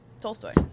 Tolstoy